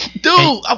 Dude